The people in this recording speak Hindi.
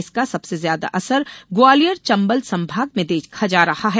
इसका सबसे ज्यादा असर ग्वालियर चंबल संभाग में देखा जा रहा है